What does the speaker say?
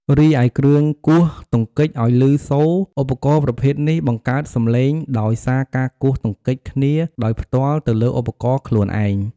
រីឯគ្រឿងគោះទង្គិចឲ្យព្ញសូរ ឧបករណ៍ប្រភេទនេះបង្កើតសំឡេងដោយសារការគោះទង្គិចគ្នាដោយផ្ទាល់ទៅលើឧបករណ៍ខ្លួនឯង។